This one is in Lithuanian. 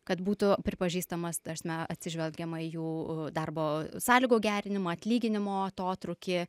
kad būtų pripažįstamas ta prasme atsižvelgiama į jų darbo sąlygų gerinimą atlyginimo atotrūkį